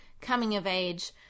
coming-of-age